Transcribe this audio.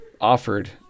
Offered